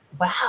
wow